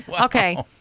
Okay